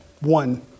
one